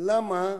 למה